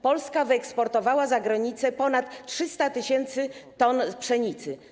Polska wyeksportowała za granicę ponad 300 tys. t pszenicy.